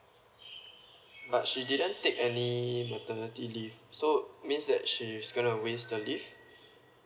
but she didn't take any maternity leave so means that she's gonna waste the leave